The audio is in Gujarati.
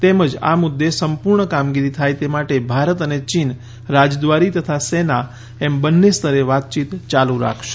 તેમજ આ મુદ્દે સંપૂર્ણ કામગીરી થાય તે માટે ભારત અને ચીન રાજદ્રારી તથા સેના એમ બંન્ને સ્તરે વાતચીત યાલુ રાખશે